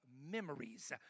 memories